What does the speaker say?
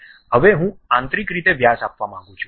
હવે હું આંતરિક રીતે વ્યાસ આપવા માંગું છું